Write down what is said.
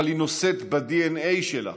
אבל היא נושאת בדנ"א שלה